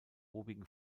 obigen